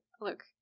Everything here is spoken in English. Look